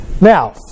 Now